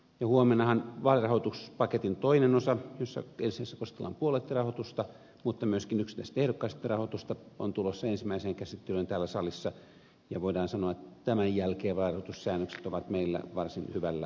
huomennahan vaalirahoituspaketin toinen osa jossa ensi sijassa keskustellaan puolueitten rahoituksesta mutta myöskin yksittäisten ehdokkaitten rahoitusta on tulossa ensimmäiseen käsittelyyn täällä salissa ja voidaan sanoa että tämän jälkeen vaalirahoitussäännökset ovat meillä varsin hyvällä tolalla